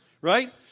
Right